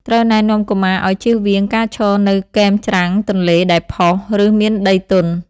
ត្រូវណែនាំកុមារឱ្យ ជៀសវាង ការឈរនៅគែមច្រាំងទន្លេដែលផុស ឬមានដីទន់។